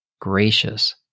gracious